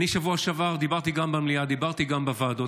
בשבוע שעבר דיברתי גם במליאה, דיברתי גם בוועדות.